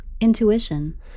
Intuition